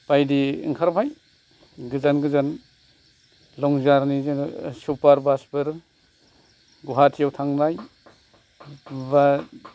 बायदि ओंखारबाय गोजान गोजान लं जार्नि सुपार बास फोर गुवाहाटियाव थांनाय बा